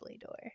door